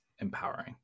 empowering